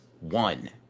one